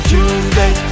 Tuesday